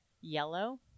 yellow